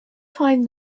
find